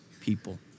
people